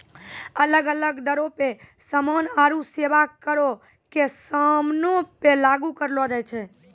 अलग अलग दरो पे समान आरु सेबा करो के समानो पे लागू करलो जाय छै